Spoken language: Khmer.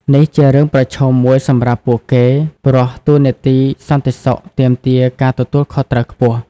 នេះជារឿងប្រឈមមួយសម្រាប់ពួកគេ ព្រោះតួនាទីសន្តិសុខទាមទារការទទួលខុសត្រូវខ្ពស់។